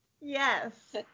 Yes